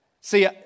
See